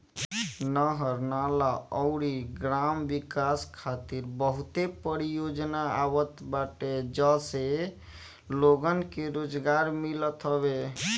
नहर, नाला अउरी ग्राम विकास खातिर बहुते परियोजना आवत बाटे जसे लोगन के रोजगार मिलत हवे